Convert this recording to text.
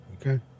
Okay